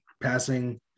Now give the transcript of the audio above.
passing